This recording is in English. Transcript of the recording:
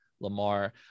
Lamar